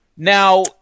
Now